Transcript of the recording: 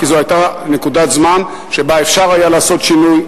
כי זו היתה נקודת זמן שבה אפשר היה לעשות שינוי,